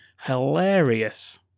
Hilarious